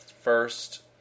first